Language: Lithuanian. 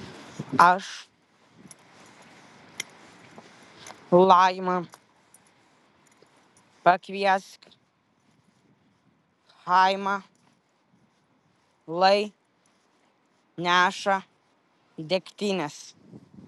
aš laima pakviesk chaimą lai neša degtinės